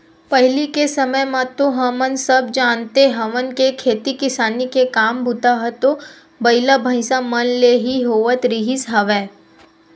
पहिली के समे म तो हमन सब जानते हवन के खेती किसानी के काम बूता ह तो बइला, भइसा मन ले ही होवत रिहिस हवय